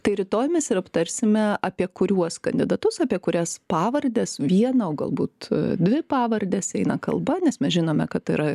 tai rytoj mes ir aptarsime apie kuriuos kandidatus apie kurias pavardes vieną o galbūt dvi pavardes eina kalba nes mes žinome kad yra